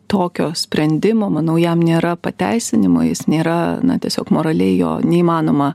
tokio sprendimo manau jam nėra pateisinimo jis nėra na tiesiog moraliai jo neįmanoma